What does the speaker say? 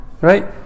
Right